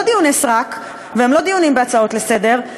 דיוני סרק והם לא דיונים בהצעות לסדר,